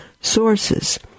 sources